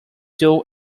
dull